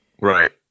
Right